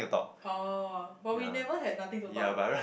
oh but we never have nothing to talk